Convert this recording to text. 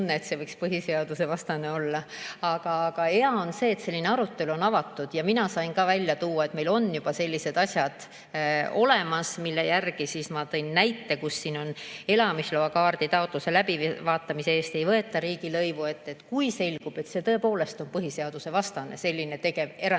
isegi tunnet, et see võiks põhiseadusvastane olla. Aga hea on see, et selline arutelu on avatud. Ja mina sain ka välja tuua, et meil on juba sellised asjad olemas, ja ma tõin näite, et elamisloakaardi taotluse läbivaatamise eest ei võeta riigilõivu. Kui selgub, et see tõepoolest on põhiseadusvastane, selline erandite